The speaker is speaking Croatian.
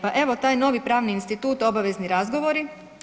Pa evo taj novi pravni institut obavezni razgovori.